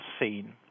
seen